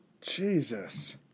Jesus